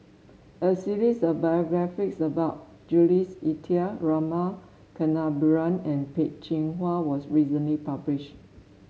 a series of biographies about Jules Itier Rama Kannabiran and Peh Chin Hua was recently published